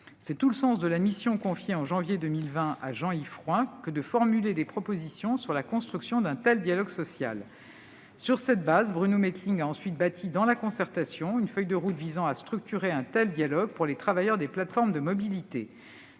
cet égard, nous avons confié en janvier 2020 à Jean-Yves Frouin la mission de formuler des propositions sur la construction d'un tel dialogue social. Sur cette base, Bruno Mettling a ensuite bâti, dans la concertation, une feuille de route visant à structurer un tel dialogue pour les travailleurs des plateformes de mobilité.